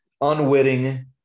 unwitting